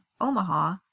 Omaha